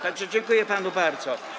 Tak że dziękuję panu bardzo.